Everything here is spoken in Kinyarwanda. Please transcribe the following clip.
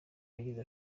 yagize